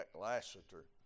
Lassiter